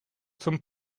zum